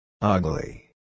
Ugly